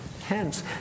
hence